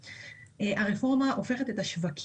איך בעצם יעבוד היישום של הסעיפים